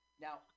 Now